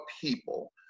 people